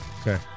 Okay